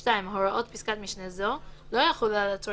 (2) הוראות פסקת משנה זו לא יחולו על עצור